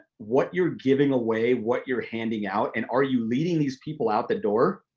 what you're giving away, what you're handing out, and are you leading these people out the door,